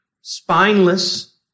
spineless